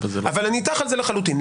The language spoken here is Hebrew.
אבל על זה אני איתך לחלוטין.